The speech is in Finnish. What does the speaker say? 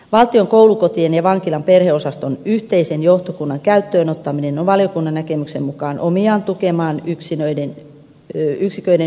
valtion koulukotien ja vankilan perheosaston yhteisen johtokunnan käyttöön ottaminen on valiokunnan näkemyksen mukaan omiaan tukemaan yksiköiden yhtenäistä toimintaa